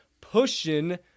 pushing